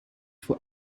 for